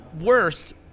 Worst